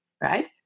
Right